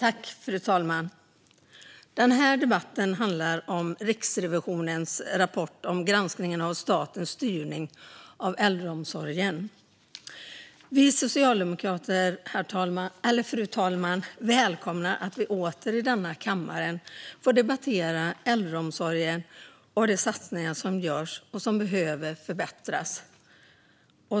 Fru talman! Den här debatten handlar om Riksrevisionens rapport om granskningen av statens styrning av äldreomsorgen. Vi socialdemokrater välkomnar att vi åter i denna kammare får debattera äldreomsorgen och de satsningar som görs och som behöver förbättras.